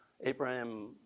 Abraham